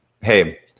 hey